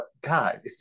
God